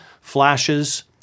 Flashes